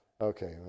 Okay